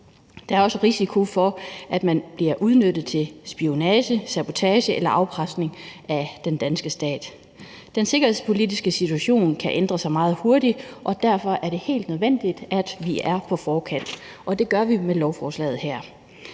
Der er også risiko for, at det bliver udnyttet i forbindelse med spionage, sabotage eller afpresning mod den danske stat. Den sikkerhedspolitiske situation kan ændre sig meget hurtigt, og derfor er det helt nødvendigt, at vi er på forkant. Det sørger vi for at være med lovforslaget her.